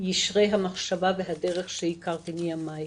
יישרי המחשבה שהכרתי מימיי.